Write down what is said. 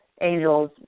angels